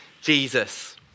Jesus